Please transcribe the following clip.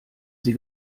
sie